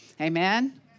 Amen